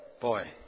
Boy